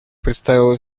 представила